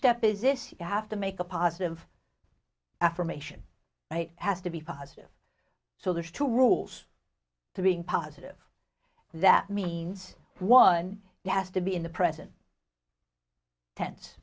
step is this you have to make a positive affirmation it has to be positive so there's two rules to being positive that means one has to be in the present tense